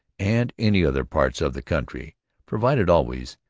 and any other parts of the country provided always,